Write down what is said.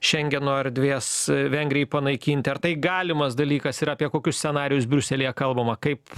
šengeno erdvės vengrijai panaikinti ar tai galimas dalykas ir apie kokius scenarijus briuselyje kalbama kaip